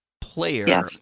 player